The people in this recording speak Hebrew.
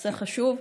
נושא חשוב.